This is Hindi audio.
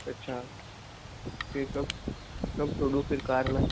अच्छा फिर कब कब छोड़ू फिर कार वहाँ